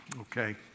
okay